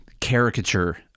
caricature